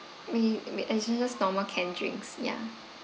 we actually just normal canned drinks ya